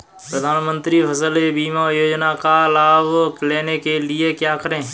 प्रधानमंत्री फसल बीमा योजना का लाभ लेने के लिए क्या करें?